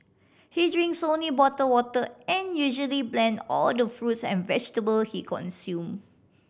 he drinks only bottle water and usually blend all the fruits and vegetable he consume